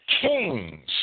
kings